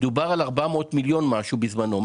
דובר על 400 מיליון משהו בזמנו.